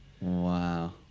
Wow